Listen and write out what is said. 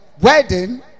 wedding